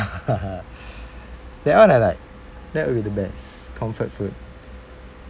that one I like that will be the best comfort food